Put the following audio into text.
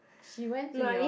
she went to your